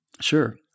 Sure